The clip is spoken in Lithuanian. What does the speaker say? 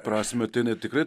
prasmę tai jinai tikrai